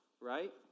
right